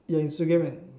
ya Instagram eh